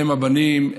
אם הבנים,